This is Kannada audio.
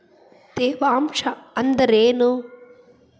ತೇವಾಂಶ ಅಂದ್ರೇನು?